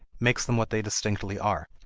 makes them what they distinctively are.